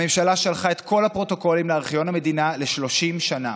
הממשלה שלחה את כל הפרוטוקולים לארכיון המדינה ל-30 שנה.